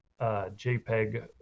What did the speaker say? JPEG